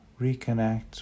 reconnect